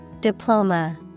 Diploma